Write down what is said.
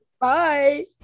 Bye